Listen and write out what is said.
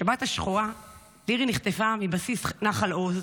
בשבת השחורה מירי נחטפה מבסיס נחל עוז,